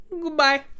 Goodbye